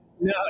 no